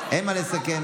אינה נוכחת.